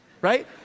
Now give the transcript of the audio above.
right